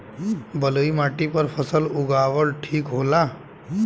बलुई माटी पर फसल उगावल ठीक होला?